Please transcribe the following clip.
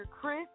Chris